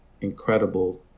incredible